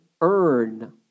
earn